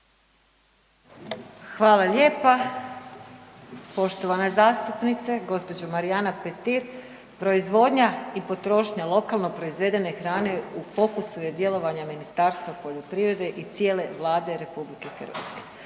Hvala lijepa. Poštovana zastupnice, gđo. Marijana Petir, proizvodnja i potrošnja lokalno proizvedene hrane u fokusu je djelovanja Ministarstva poljoprivrede i cijele Vlade RH. Kao što ste